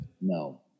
No